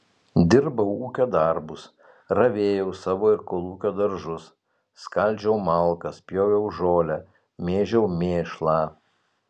dirbau ūkio darbus ravėjau savo ir kolūkio daržus skaldžiau malkas pjoviau žolę mėžiau mėšlą